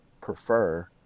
prefer